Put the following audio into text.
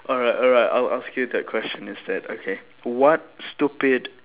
alright alright I'll ask you that question instead okay what stupid